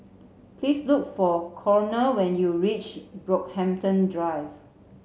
please look for Connor when you reach Brockhampton Drive